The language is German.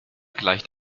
gleicht